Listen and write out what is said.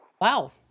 Wow